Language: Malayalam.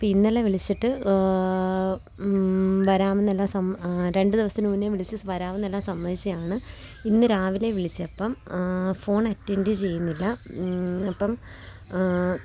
അപ്പോൾ ഇന്നലെ വിളിച്ചിട്ട് വരാമെന്നു തന്നെ സം രണ്ടുദിവസം മുൻപേ വിളിച്ച് വരാമെന്നു തന്നെ സമ്മതിച്ചതാണ് ഇന്നു രാവിലെ വിളിച്ചപ്പം ഫോൺ അറ്റൻഡ് ചെയ്യുന്നില്ല അപ്പം